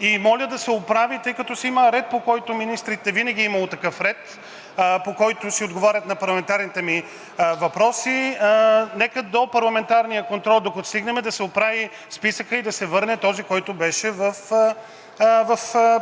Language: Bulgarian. И моля да се оправи, тъй като си има ред, по който министрите – винаги е имало такъв ред, по който си отговарят на парламентарните въпроси. Нека, докато стигнем до парламентарния контрол, да се оправи списъкът и да се върне този, който беше в